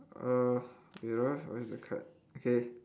err wait ah where's the card K